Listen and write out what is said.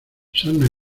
sarna